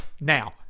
now